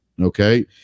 Okay